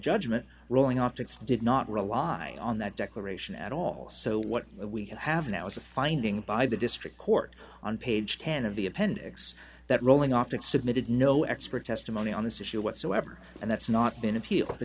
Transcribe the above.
judgment rowling optics did not rely on that declaration at all so what we have now is a finding by the district court on page ten of the appendix that rowling optics submitted no expert testimony on this issue whatsoever and that's not been appealed to the